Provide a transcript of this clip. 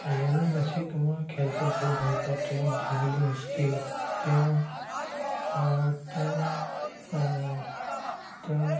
Lionel মেছিৰ মই খেল চাই বহুত ভাল পাওঁ তেওঁৰ ড্ৰিবলিং স্কিল তেওঁৰ তেওঁৰ তেওঁ